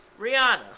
Rihanna